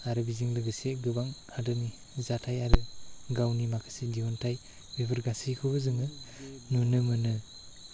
आरो बिजों लोगोसे गोबां हादोदनि जाथाइ आरो गावनि माखासे दिहुन्थाइ बेफोर गासैखौबो जोङो नुनो मोनो